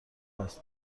است